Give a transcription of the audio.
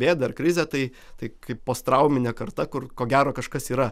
bėdą ar krizę tai tai kaip postrauminė karta kur ko gero kažkas yra